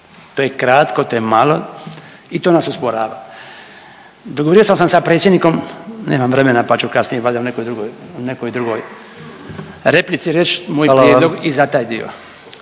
to je kratko, to je malo i to nas usporava. Dogovorio sam se sa predsjednikom, nemam vremena pa ću kasnije u nekoj drugoj, nekoj drugoj replici reći moj prijedlog …/Upadica: